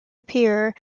appear